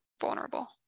vulnerable